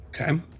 Okay